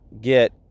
get